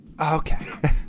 Okay